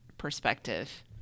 perspective